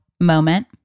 moment